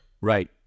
Right